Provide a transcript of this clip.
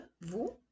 vous